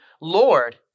Lord